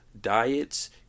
diets